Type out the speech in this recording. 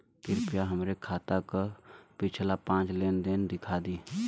कृपया हमरे खाता क पिछला पांच लेन देन दिखा दी